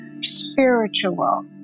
spiritual